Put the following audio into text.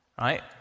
Right